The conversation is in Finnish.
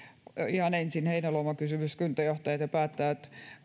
ihan ensin heinäluoman kysymys kuntajohtajat ja päättäjät